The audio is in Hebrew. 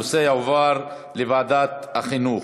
הנושא יועבר לוועדת החינוך.